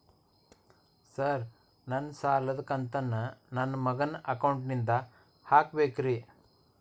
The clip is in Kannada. ಸರ್ ನನ್ನ ಸಾಲದ ಕಂತನ್ನು ನನ್ನ ಮಗನ ಅಕೌಂಟ್ ನಿಂದ ಹಾಕಬೇಕ್ರಿ?